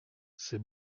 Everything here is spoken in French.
ses